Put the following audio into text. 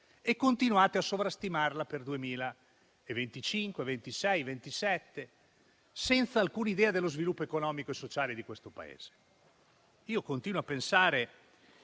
e continuate a sovrastimarla per il 2025-2026-2027, senza alcuna idea dello sviluppo economico e sociale di questo Paese. Continuo a pensare